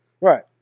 Right